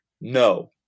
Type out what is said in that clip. no